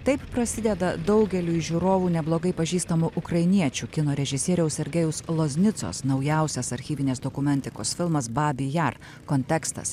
taip prasideda daugeliui žiūrovų neblogai pažįstama ukrainiečių kino režisieriaus sergejaus loznicos naujausias archyvinės dokumentikos filmas babi jar kontekstas